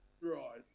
right